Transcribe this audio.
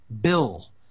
Bill